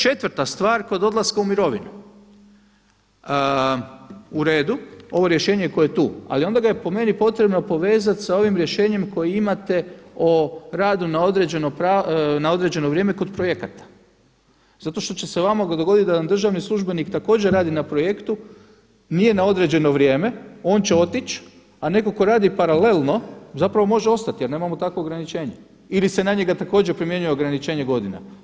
Četvrta stvar, kod odlaska u mirovinu, uredu, ovo rješenje koje je tu, ali onda ga je po meni potrebno povezati sa ovim rješenjem koji imate o radu na određeno vrijeme kod projekata, zato što će se vama dogoditi da vam državni službenik također radi na projektu, nije na određeno vrijeme, on će otić, a neko ko radi paralelno zapravo može ostati jer nemamo takvo ograničenje ili se na njega također primjenjuje ograničenje godina.